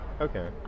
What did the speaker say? Okay